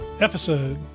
episode